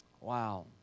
Wow